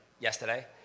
yesterday